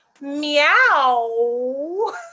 meow